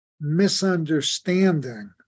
misunderstanding